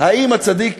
האם הצדיק